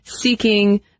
seeking